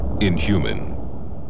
inhuman